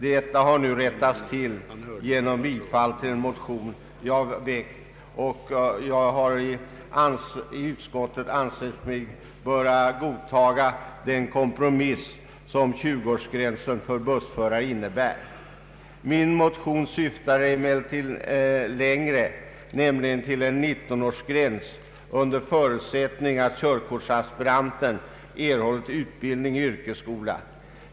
Detta har nu rättats till genom förslag om bifall till den motion som jag har väckt, och jag har i utskottet ansett mig böra för närvarande godtaga den kompromiss som 20-årsgränsen för bussförare innebär. Min motion syftade emellertid längre, nämligen till en 19-årsgräns under förutsättning att körkortsaspiranten erhållit utbildning i yrkesskola.